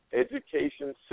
Education